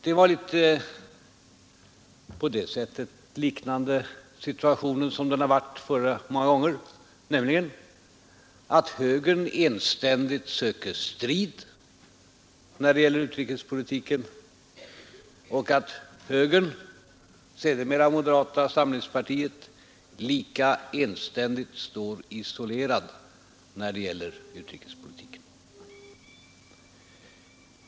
Situationen var då densamma som den varit vid många andra tillfällen: högern söker enständigt strid när det gäller utrikespolitiken, och högern — och sedermera moderata samlingspartiet — står lika ofta isolerad när det gäller utrikespolitiken.